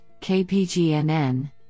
KPGNN